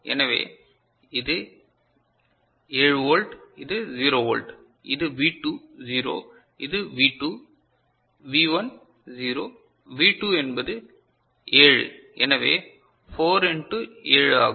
எனவே இது 7 வோல்ட் இது 0 வோல்ட் இது வி 2 0 இது வி 2 வி 1 0 வி 2 என்பது 7 எனவே 4 இண்டு 7 ஆகும்